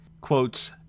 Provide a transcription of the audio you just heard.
quotes